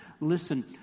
Listen